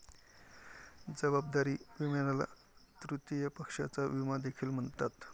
जबाबदारी विम्याला तृतीय पक्षाचा विमा देखील म्हणतात